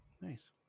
Nice